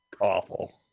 awful